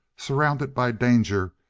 surrounded by danger,